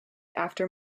after